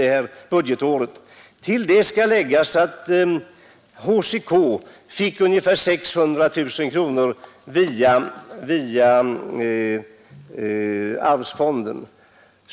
Till detta skall läggas att HCK fick ungefär 600 000 kronor via arvsfonden.